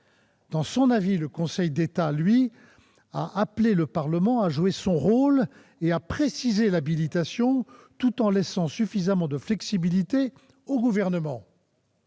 Dans son avis, le Conseil d'État, lui, a appelé le Parlement à jouer son rôle et à préciser l'habilitation tout en laissant suffisamment de flexibilité au Gouvernement.